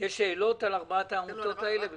יש שאלות על ארבע העמותות האלה?